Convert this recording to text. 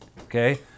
okay